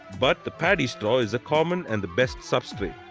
but the paddy straw is the common and the best substrate.